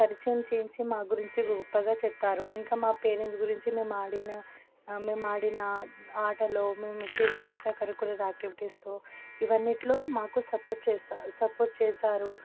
పరిచయం చేయించి మా గురించి గొప్పగా చెప్తారు ఇంకా మా పేరెంట్స్ గురించి మేం ఆడిన మేం ఆడిన ఆటల్లో మేము చేసిన ఎక్సట్రా కరీకులర్ ఆక్టివిటీస్లో ఇవన్నీట్లో మాకు సపోర్ట్ చేస్తారు సపోర్ట్ చేశారు